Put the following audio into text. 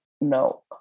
no